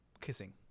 kissing